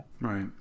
Right